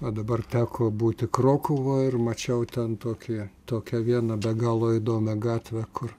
o dabar teko būti krokuvoj ir mačiau ten tokiją tokią vieną be galo įdomią gatvę kur